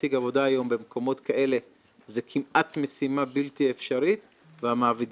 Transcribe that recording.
להשיג עבודה היום במקומות כאלה זה כמעט משימה בלתי אפשרית והמעבידים,